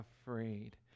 afraid